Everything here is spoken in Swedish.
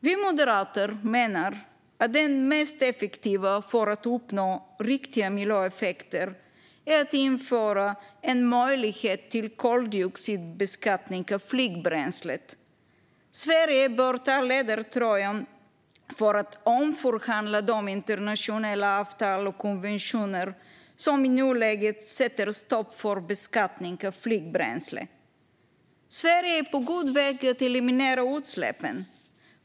Vi moderater menar att det mest effektiva för att uppnå riktiga miljöeffekter är att införa en möjlighet till koldioxidbeskattning av flygbränslet. Sverige bör ta ledartröjan för att omförhandla de internationella avtal och konventioner som i nuläget sätter stopp för beskattning av flygbränsle. Sverige är på god väg att eliminera utsläppen.